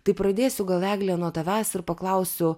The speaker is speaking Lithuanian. tai pradėsiu gal egle nuo tavęs ir paklausiu